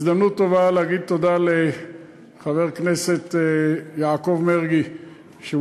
הזדמנות טובה להגיד תודה לחבר הכנסת יעקב מרגי שהוא